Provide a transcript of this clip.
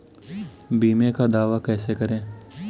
बीमे का दावा कैसे करें?